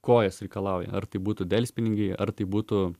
ko jos reikalauja ar tai būtų delspinigiai ar tai būtų